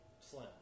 slim